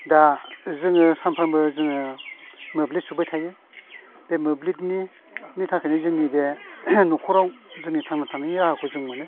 दा जोङो सानफ्रोमबो जोङो मोब्लिब सुबाय थायो बे मोब्लितनि थाखायनो जोंनि बे न'खराव जोंनि थांनानै थानायनि राहाखौ जों मोनो